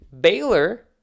Baylor